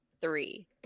three